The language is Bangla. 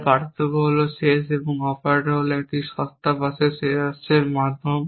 তাই পার্থক্য হল শেষ এবং অপারেটর হল একটি সস্তা বাসের শেষের মাধ্যম